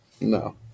No